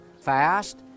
fast